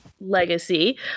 legacy